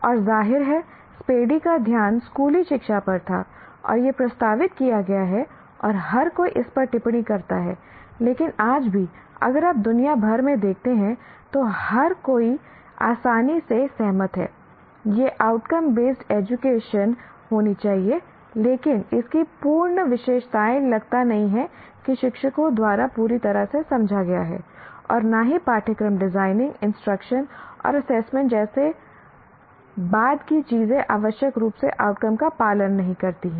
और ज़ाहिर है स्पैडी का ध्यान स्कूली शिक्षा पर था और यह प्रस्तावित किया गया है और हर कोई इस पर टिप्पणी करता है लेकिन आज भी अगर आप दुनिया भर में देखते हैं तो हर कोई आसानी से सहमत है यह आउटकम बेस्ड एजुकेशन होनी चाहिए लेकिन इसकी पूर्ण विशेषताएं लगता नहीं है कि शिक्षकों द्वारा पूरी तरह से समझा गया है और न ही पाठ्यक्रम डिजाइनिंग इंस्ट्रक्शन और एसेसमेंट जैसी बाद की चीजें आवश्यक रूप से आउटकम का पालन नहीं करती हैं